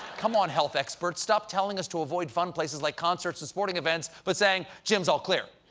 come on, health experts! stop telling us to avoid fun places like concerts and sporting events but saying, gym's all clear!